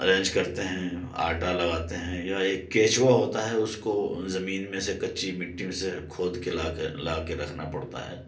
arrange کرتے ہیں آٹا لگاتے ہیں یا ایک کیچوا ہوتا ہے اس کو زمین میں سے کچی مٹی میں سے کھود کے لا کر لا کے رکھنا پڑتا ہے